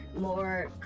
more